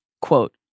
Quote